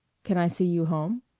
can i see you home?